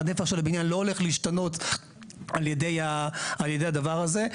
והנפח של הבניין לא הולך להשתנות על ידי הדבר הזה.